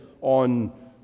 on